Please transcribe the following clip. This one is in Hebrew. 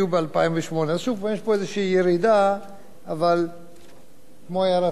אבל זה יכול מחר בבוקר להשתנות.